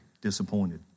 disappointed